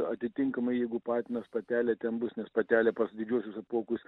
atitinkamai jeigu patinas patelė ten bus nes patelė pas didžiuosius apuokus